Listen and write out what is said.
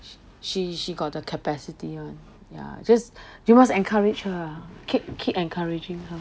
she she got the capacity [one] ya just you must encourage her ah keep keep encouraging her